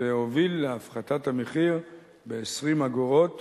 והוביל להפחתת המחיר ב-20 אגורות